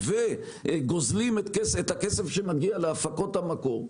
וגוזלים את הכסף שמגיע להפקות המקור.